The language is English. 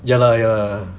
ya lah ya